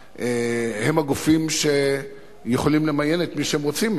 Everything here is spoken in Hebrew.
הם הגופים שיכולים למיין את מי שהם רוצים,